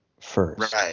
first